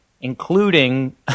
including